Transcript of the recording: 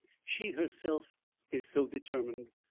she herself is so determined.